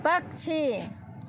पक्षी